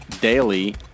daily